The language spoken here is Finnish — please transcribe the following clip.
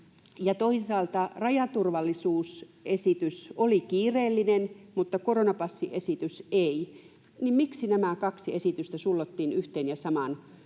toisaalta rajaturvallisuusesitys oli kiireellinen mutta koronapassiesitys ei, niin miksi nämä kaksi esitystä sullottiin yhteen ja samaan